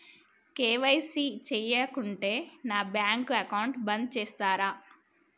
KYC చేయకుంటే నా bank account బంద్ చేస్తరా?